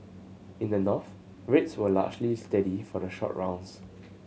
in the North rates were largely steady for the short rounds